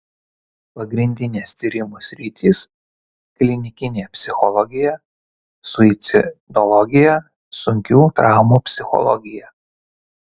pagrindinės tyrimų sritys klinikinė psichologija suicidologija sunkių traumų psichologija